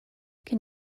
can